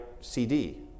CD